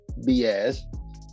BS